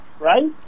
right